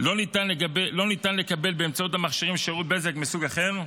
לא ניתן לקבל באמצעות המכשירים שירות בזק מסוג אחר,